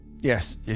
yes